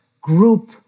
group